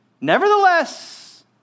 Nevertheless